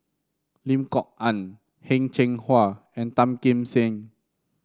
Lim Kok Ann Heng Cheng Hwa and Tan Kim Seng